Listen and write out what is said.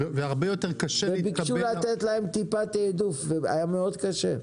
והרבה יותר קשה להתקבל --- וביקשו לתת להם טיפה תיעדוף והיה מאוד קשה.